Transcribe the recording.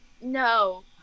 No